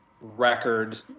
record